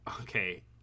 Okay